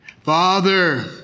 Father